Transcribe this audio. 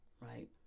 right